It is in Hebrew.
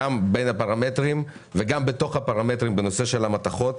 גם בין הפרמטרים וגם בתוך הפרמטרים בנושא של המתכות,